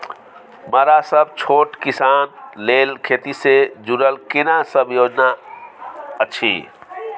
मरा सब छोट किसान लेल खेती से जुरल केना सब योजना अछि?